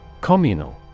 Communal